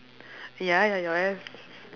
ya